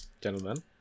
gentlemen